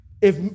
If-